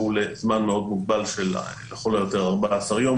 והוא לזמן מאוד מוגבל של לכל היותר 14 יום.